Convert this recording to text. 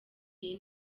iyi